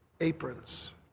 aprons